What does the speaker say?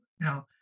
Now